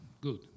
good